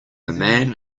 man